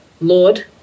Lord